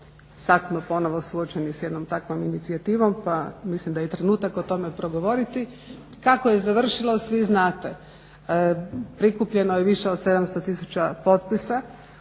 Sada smo ponovo suočeni sa jednom takvom inicijativom pa mislim da je i trenutak o tome progovoriti. Kako je završilo svi znate. Prikupljeno je više od 700 tisuća potpisa.